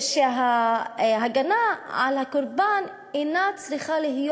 ושההגנה על הקורבן אינה צריכה להיות